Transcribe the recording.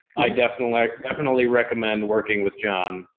i definitely definitely recommend working with john,